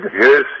Yes